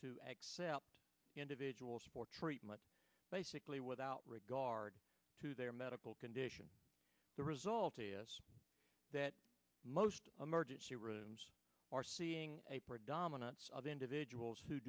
to accept individuals for treatment basically without regard to their medical condition the result is that most of the rooms are seeing a predominance of individuals who